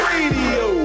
Radio